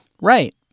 Right